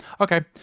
Okay